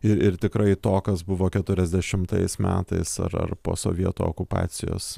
ir ir tikrai to kas buvo keturiasdešimais metais ar ar po sovietų okupacijos